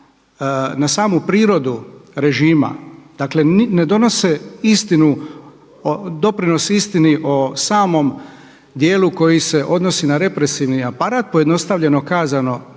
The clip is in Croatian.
na samu prirodu režima, dakle ne donose istinu, doprinos istini o samom dijelu koji se odnosi na represivni aparat pojednostavljeno kazano